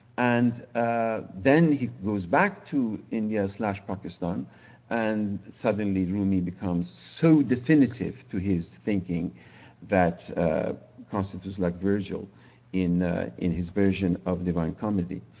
and ah then he goes back to india pakistan and suddenly rumi becomes so definitive to his thinking that constitutes like virgil in in his version of devine comedy.